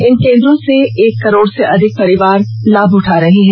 इन केंद्रों से एक करोड़ से अधिक परिवार लाभ उठा रहे हैं